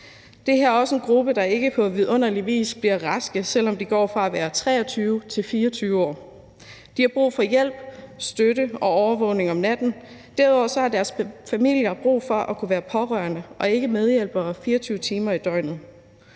Det her er også en gruppe, der ikke på forunderlig vis bliver raske, selv om de går fra at være 23 år til at være 24 år. De har brug for hjælp, støtte og overvågning om natten. Derudover har deres familier brug for at kunne være pårørende og ikke medhjælpere 24 timer i døgnet.